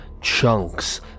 chunks